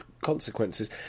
consequences